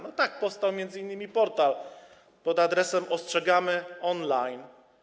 No tak powstał m.in. portal pod adresem Ostrzegamy.online.